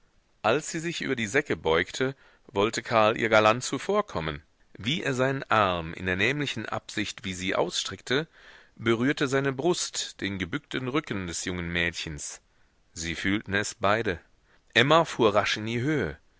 als sie sich über die säcke beugte wollte karl ihr galant zuvorkommen wie er seinen arm in der nämlichen absicht wie sie ausstreckte berührte seine brust den gebückten rücken des jungen mädchens sie fühlten es beide emma fuhr rasch in die höhe